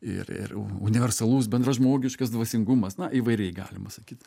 ir ir universalus bendražmogiškas dvasingumas na įvairiai galima sakyt